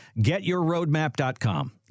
GetYourRoadmap.com